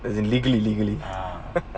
as illegal illegally